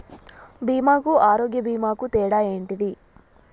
బీమా కు ఆరోగ్య బీమా కు తేడా ఏంటిది?